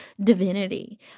divinity